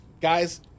Guys